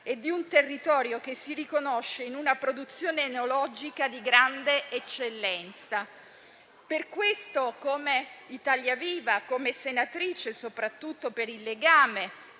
e di un territorio che si riconosce in una produzione enologica di grande eccellenza. Per questo, come senatrice di Italia Viva, soprattutto per il legame